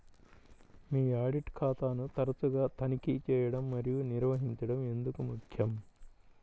మీ audit ఖాతాను తరచుగా తనిఖీ చేయడం మరియు నిర్వహించడం ఎందుకు ముఖ్యం?